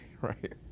Right